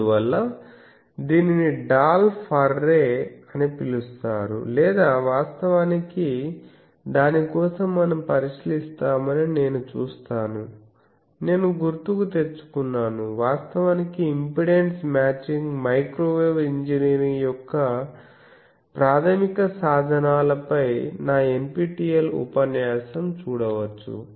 అందువల్ల దీనిని Dolph's array అని పిలుస్తారు లేదా వాస్తవానికి దాని కోసం మనం పరిశీలిస్తామని నేను చూస్తాను నేను గుర్తుకు తెచ్చుకున్నాను వాస్తవానికి ఇంపెడెన్స్ మ్యాచింగ్ మైక్రోవేవ్ ఇంజనీరింగ్ యొక్క ప్రాథమిక సాధనాలపై నా NPTEL ఉపన్యాసం చూడవచ్చు